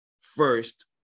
first